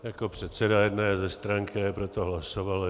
Jako předseda jedné ze stran, které pro to hlasovaly.